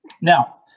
now